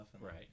Right